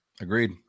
Agreed